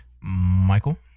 Michael